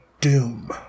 Doom